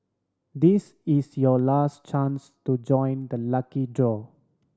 this is your last chance to join the lucky draw